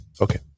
Okay